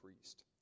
priest